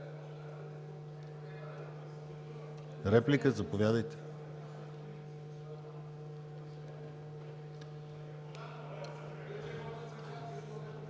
Реплики? Заповядайте.